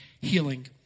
healing